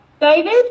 David